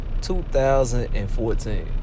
2014